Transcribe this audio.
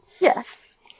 yes